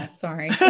sorry